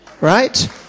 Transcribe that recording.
Right